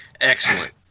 Excellent